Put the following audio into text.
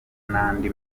n’andi